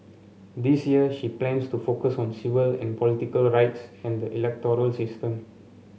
this year she plans to focus on civil and political rights and the electoral system